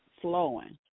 flowing